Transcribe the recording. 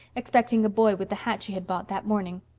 expecting a boy with the hat she had bought that morning.